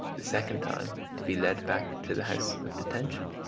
the second time to be led back to the house of detention,